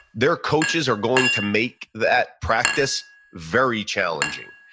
their coaches are going to make that practice very challenging.